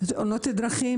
זה חוסך תאונות דרכים,